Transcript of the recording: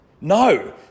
No